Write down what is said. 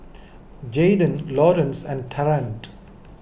Jaden Laurance and Trent